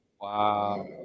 Wow